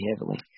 heavily